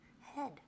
head